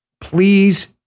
Please